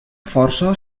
força